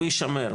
הוא יישמר.